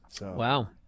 Wow